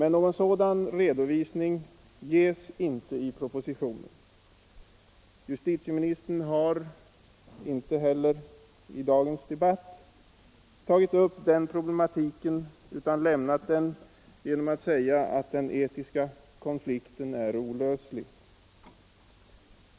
Någon sådan redovisning ges emellertid inte i propositionen. Justitieministern har inte heller i dagens debatt tagit upp den problematiken utan förbigått den genom att säga att den etiska konflikten är olöslig.